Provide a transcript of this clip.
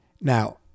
Now